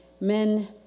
Men